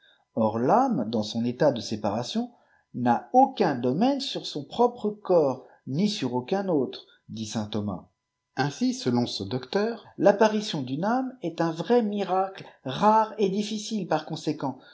or l'âme dans son état de séparation n'a aucun domaine sur son propre corps ni sur aucun autre dit saint thomas ainsi selon ce doctejir l'apparition d'une âme est un vrai miracle rare et difficile par conséquent